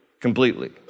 completely